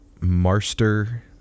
Master